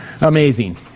Amazing